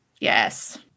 Yes